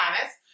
honest